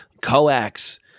coax